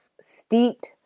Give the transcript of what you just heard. steeped